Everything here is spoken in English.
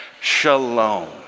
Shalom